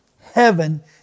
heaven